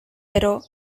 però